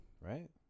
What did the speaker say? right